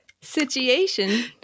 Situation